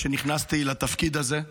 כשנכנסתי לתפקיד הזה.